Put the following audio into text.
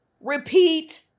repeat